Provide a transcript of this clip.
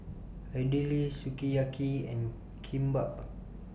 Idili Sukiyaki and Kimbap